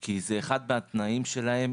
כי זה אחד מהתנאים שלהם.